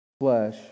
flesh